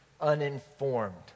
uninformed